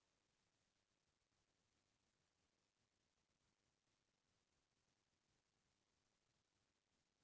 कई बार माटी घलौ खराब हो जाथे ओकरे सेती फफूंद वाला बेमारी ह घलौ हो जाथे